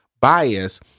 bias